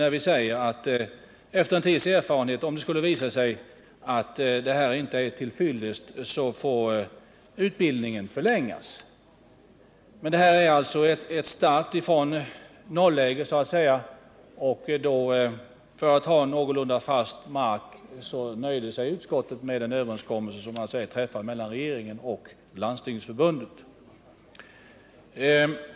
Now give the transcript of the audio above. Vi säger att om det efter viss erfarenhet skulle visa sig att det här inte är till fyllest så får utbildningen förlängas. Men det här är en start från nolläge, och för att ha någorlunda fast mark under fötterna nöjde sig utskottet med den överenskommelse som träffats mellan regeringen och Landstingsförbundet.